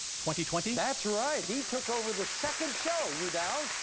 twenty twenty. that's right. he took over the second show. hugh downs.